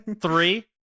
Three